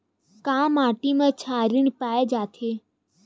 का माटी मा क्षारीय पाए जाथे?